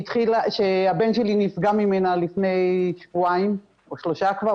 שהבן שלי נפגע ממנה לפני שבועיים או שלושה כבר,